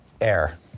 air